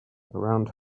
round